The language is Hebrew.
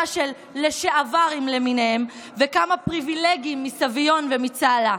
של לשעברים למיניהם וכמה פריבילגים מסביון ומצהלה.